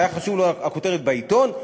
והייתה חשובה לו הכותרת בעיתון,